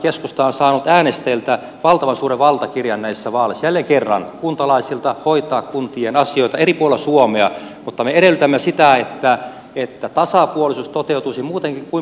keskusta on saanut äänestäjiltä valtavan suuren valtakirjan näissä vaaleissa jälleen kerran kuntalaisilta hoitaa kuntien asioita eri puolella suomea mutta me edellytämme sitä että tasapuolisuus toteutuisi muutenkin kuin puheissa